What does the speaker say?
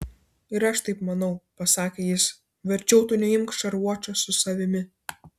ir aš taip manau pasakė jis verčiau tu neimk šarvuočio su savimi